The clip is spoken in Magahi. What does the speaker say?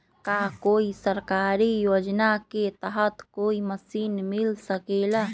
का कोई सरकारी योजना के तहत कोई मशीन मिल सकेला?